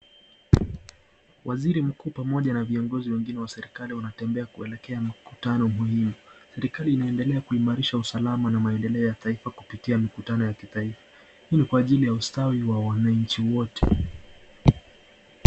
Waziri mkuu pamoja na viongozi wengine wa serikali wanatembea kuekelea mkutano muhimu. Serikali inaendelea kuimarisha usalama na maendeleo ya taifa kupitia mikutano ya kitaifa . Hii ni kwa ajili ya ustawi wa wananchi wote.